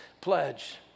pledge